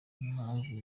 impamvu